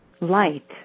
light